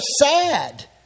sad